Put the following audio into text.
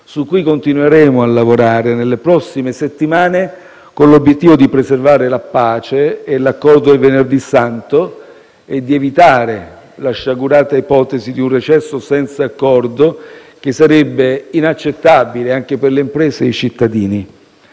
su cui continueremo a lavorare nelle prossime settimane, con l'obiettivo di preservare la pace e l'Accordo del Venerdì Santo ed evitare la sciagurata ipotesi di un recesso senza accordo, che sarebbe inaccettabile anche per le imprese e i cittadini.